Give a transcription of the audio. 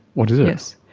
what is